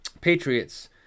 Patriots